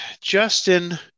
Justin